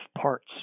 parts